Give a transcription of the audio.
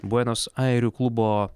buenos airių klubo